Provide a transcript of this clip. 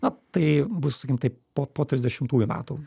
na tai bus sakykim taip po po trisdešimtųjų metų